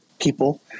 people